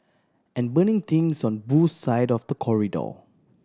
and burning things on Boo's side of the corridor